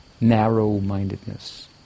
narrow-mindedness